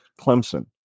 Clemson